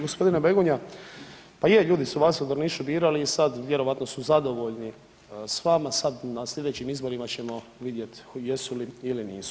Gospodine Begonja, pa je ljudi su vas u Drnišu birali i sad vjerojatno su zadovoljni s vama, sad na slijedećim izborima ćemo vidjeti jesu li ili nisu.